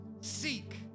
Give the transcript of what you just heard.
seek